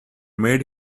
made